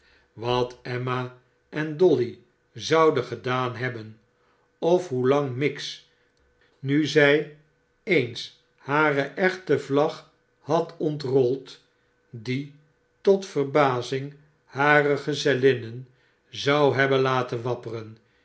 wat emma en dolly zouden gedaan hebben of hoelang miggs nu zij eens hare echte vlag had ontrold die tot verbazmg harer gezellinnen zou hebben laten wapperen